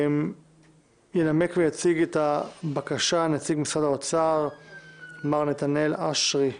ינמק ויציג את הבקשה נציג משרד האוצר מר נתנאל אשרי,